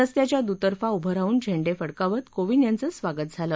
रस्त्याच्या दुतर्फा उभं राहून झेंडे फडकावत कोविंद यांचं स्वागत केलं